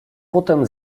potem